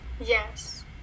Yes